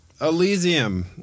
Elysium